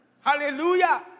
Hallelujah